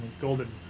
golden